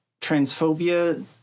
transphobia